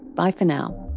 bye for now